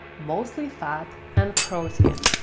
mostly fat and protein,